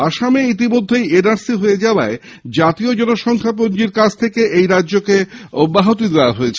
অসমে ইতোমধ্যেই এনআরসি হয়ে যাওয়ায় জাতীয় জনসংখ্যা পঞ্জীর কাজ থেকে এই রাজ্যকে অব্যাহতি দেওয়া হয়েছে